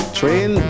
train